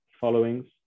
followings